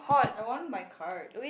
I want my card